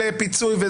לפיצוי,